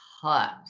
cut